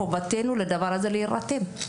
חובתנו לדבר הזה להירתם.